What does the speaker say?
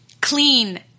Clean